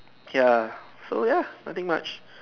ya so ya nothing much